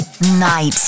Night